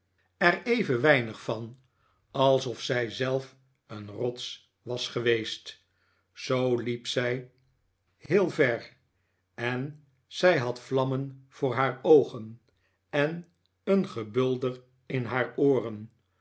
er even weidavid copperfield nig van alsof zij zelf een rots was geweest zoo liep zij heel ver en zij had vlammen voor haar oogen en een gebulder in haar ooren